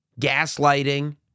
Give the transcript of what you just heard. gaslighting